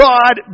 God